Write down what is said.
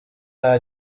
nta